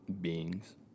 beings